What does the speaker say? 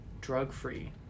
Drug-free